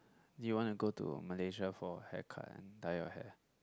you wanna go to Malaysia for hair cut dye your hair